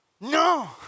No